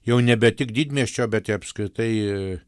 jau nebe tik didmiesčio bet ir apskritai